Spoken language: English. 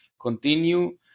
continue